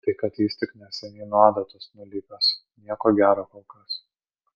tai kad jis tik neseniai nuo adatos nulipęs nieko gero kol kas